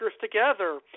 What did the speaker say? together